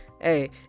Hey